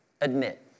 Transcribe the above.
admit